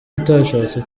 utashatse